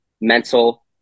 mental